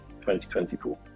2024